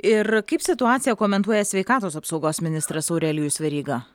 ir kaip situaciją komentuoja sveikatos apsaugos ministras aurelijus veryga